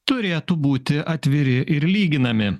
turėtų būti atviri ir lyginami